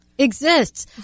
exists